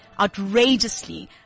outrageously